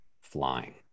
flying